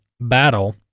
battle